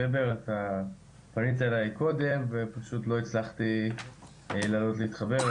פנית אליי קודם ופשוט לא הצלחתי לעלות להתחבר.